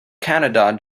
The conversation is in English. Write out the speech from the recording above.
canada